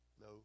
No